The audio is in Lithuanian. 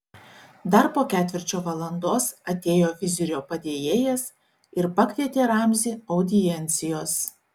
dar po ketvirčio valandos atėjo vizirio padėjėjas ir pakvietė ramzį audiencijos